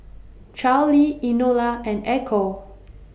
Charly Enola and Echo